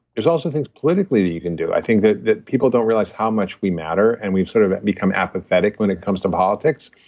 there's also things politically that you can do. i think that that people don't realize how much we matter, and we've sort of become apathetic when it comes to politics,